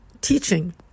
teaching